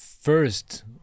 first